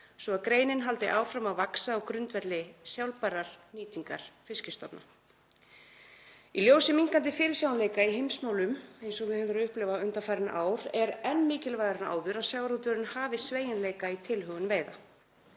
svo greinin haldi áfram að vaxa á grundvelli sjálfbærrar nýtingar fiskstofna. Í ljósi minnkandi fyrirsjáanleika í heimsmálum, eins og við höfum upplifað undanfarin ár, er enn mikilvægara en áður að sjávarútvegurinn hafi sveigjanleika í tilhögun veiða.